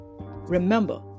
Remember